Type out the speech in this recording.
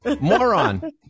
Moron